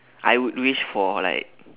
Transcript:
I would wish for like